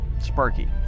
Sparky